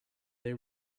they